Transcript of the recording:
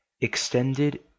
extended